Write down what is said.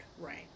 Right